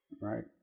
Right